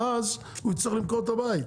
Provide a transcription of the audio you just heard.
ואז הוא צריך למכור את הבית,